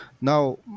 now